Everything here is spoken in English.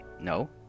No